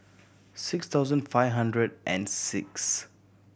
six thousand five hundred and six